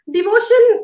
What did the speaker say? Devotion